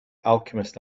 alchemist